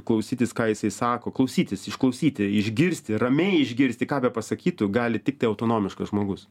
klausytis ką jisai sako klausytis išklausyti išgirsti ramiai išgirsti ką bepasakytų gali tiktai autonomiškas žmogus